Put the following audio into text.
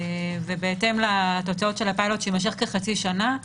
ובהתאם לתוצאות של הפילוט שיימשך כחצי שנה,